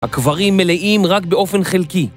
הקברים מלאים רק באופן חלקי.